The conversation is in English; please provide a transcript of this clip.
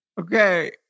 Okay